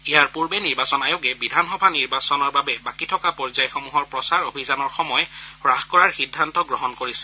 ইয়াৰ পূৰ্বে নিৰ্বাচন আয়োগে বিধানসভা নিৰ্বাচন বাবে বাকী থকা পৰ্যায়সমূহৰ প্ৰচাৰ অভিযানৰ সময় হাস কৰাৰ সিদ্ধান্ত গ্ৰহণ কৰিছে